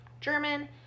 German